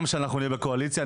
גם כשאנחנו נהיה בקואליציה,